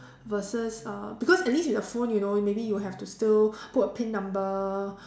versus uh because at least it's a phone you know maybe you have to still put a pin number